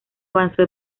avanzó